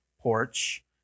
porch